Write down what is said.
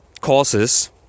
causes